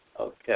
Okay